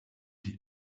die